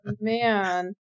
man